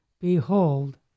Behold